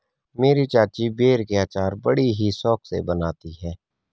मेरी चाची बेर के अचार बड़ी ही शौक से बनाती है